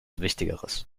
wichtigeres